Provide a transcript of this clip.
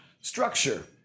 structure